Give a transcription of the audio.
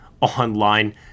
online